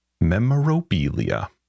Memorabilia